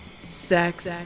sex